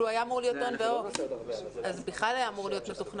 מה חלוקת אחריות בעבודה בינך לבין משרד החינוך או המשרד להשכלה גבוהה